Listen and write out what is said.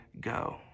go